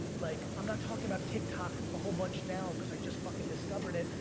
like i'm not talking about tiktok a whole bunch now cause i just fuckin discovered it.